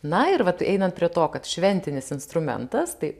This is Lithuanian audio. na ir vat einant prie to kad šventinis instrumentas tai